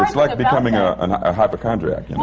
um like becoming a and hypochondriac, you know